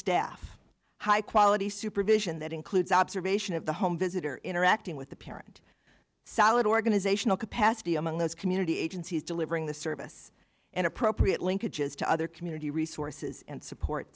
staff high quality supervision that includes observation of the home visitor interacting with the parent solid organizational capacity among those community agencies delivering the service and appropriate linkages to other community resources and support